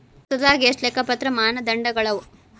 ಭಾರತದಾಗ ಎಷ್ಟ ಲೆಕ್ಕಪತ್ರ ಮಾನದಂಡಗಳವ?